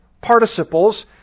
participles